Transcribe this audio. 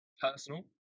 personal